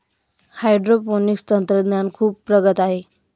hydroponics तंत्रज्ञान खूप प्रगत आहे